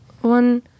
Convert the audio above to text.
one